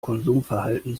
konsumverhalten